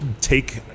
take